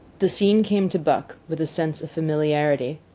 the scene came to buck with a sense of familiarity.